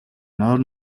нойр